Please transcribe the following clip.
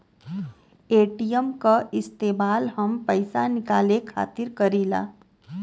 ATM क इस्तेमाल हम पइसा निकाले खातिर करीला